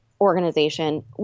Organization